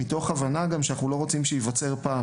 מתוך הבנה שאנחנו לא רוצים שייווצר פער,